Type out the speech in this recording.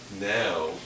now